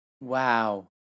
Wow